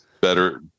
better